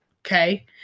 Okay